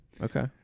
Okay